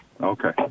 Okay